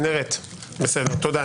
תודה.